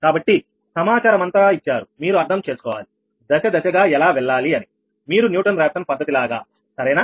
కాబట్టి సమాచారమంతా ఇచ్చారు మీరు అర్థం చేసుకోవాలి దశ దశ గా ఎలా వెళ్ళాలి అనిమీరు న్యూటన్ రాఫ్సన్ పద్ధతి లాగా సరేనా